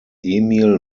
emil